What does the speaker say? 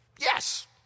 yes